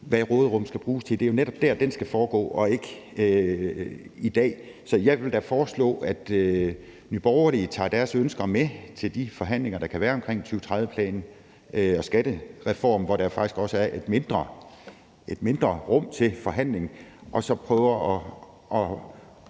hvad råderummet skal bruges til, skal være; det er jo netop der, den skal foregå, og ikke i dag. Så jeg vil da foreslå, at Nye Borgerlige tager deres ønsker med til de forhandlinger, der kan være om 2030-planen og skattereformen, hvor der faktisk også er et mindre rum til forhandling, og prøve at